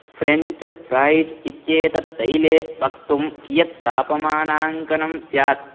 French fries इत्येतत् तैले पक्तुं कियत् तापमानाङ्कनं स्यात्